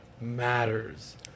matters